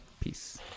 Peace